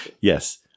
Yes